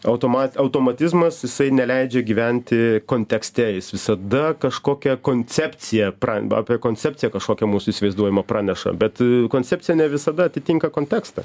automat automatizmas jisai neleidžia gyventi kontekste jis visada kažkokią koncepciją pra apie koncepciją kažkokią mūsų įsivaizduojamą praneša bet koncepcija ne visada atitinka kontekstą